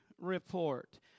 report